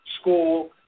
school